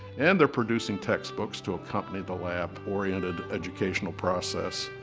and they're producing textbooks to accompany the lab oriented educational process.